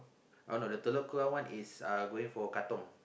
oh no the Telok-Kurau one it going for Katong